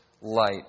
light